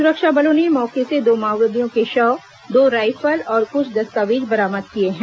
सुरक्षा बलों ने मौके से दो माओवादियों के शव दो राइफल और कुछ दस्तावेज बरामद किए हैं